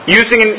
using